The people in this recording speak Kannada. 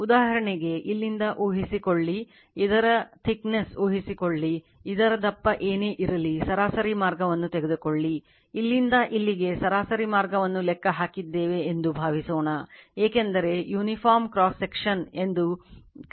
ಉದಾಹರಣೆಗೆ ಇಲ್ಲಿಂದ ಊಹಿಸಿಕೊಳ್ಳಿ ಇದರ ತಿಕ್ನೆಸ್ ಎಂದು ದೇವೆ ಕರೆಯುತ್ತೇವೆ ಆದ್ದರಿಂದ ಸರಾಸರಿ ಫ್ಲಕ್ಸ್ ಮಾರ್ಗವನ್ನು ಅನುಸರಿಸಿ